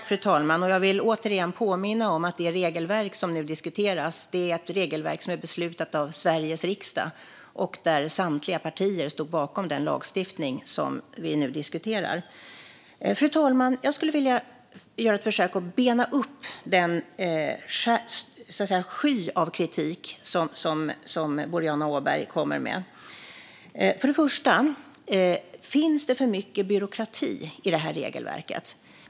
Fru talman! Jag vill återigen påminna om att det regelverk som nu diskuteras är ett regelverk som är beslutat av Sveriges riksdag. Samtliga partier stod bakom denna lagstiftning. Fru talman! Jag skulle vilja göra ett försök att bena upp den sky av kritik som Boriana Åberg kommer med. Först och främst: Finns det för mycket byråkrati i regelverket?